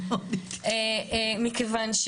מכיוון,